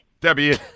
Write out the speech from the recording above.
Debbie